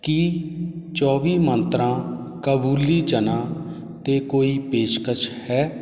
ਕੀ ਚੌਵੀ ਮੰਤਰਾਂ ਕਾਬੁਲੀ ਚਨਾ 'ਤੇ ਕੋਈ ਪੇਸ਼ਕਸ਼ ਹੈ